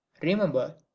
remember